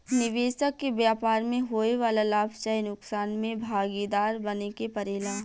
निबेसक के व्यापार में होए वाला लाभ चाहे नुकसान में भागीदार बने के परेला